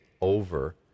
over